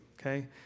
Okay